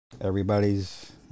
Everybody's